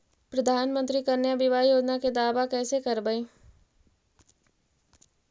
प्रधानमंत्री कन्या बिबाह योजना के दाबा कैसे करबै?